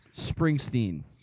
Springsteen